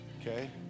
Okay